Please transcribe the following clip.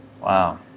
Wow